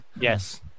Yes